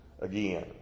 again